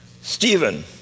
Stephen